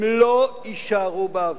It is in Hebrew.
הם לא יישארו באוויר.